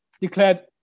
declared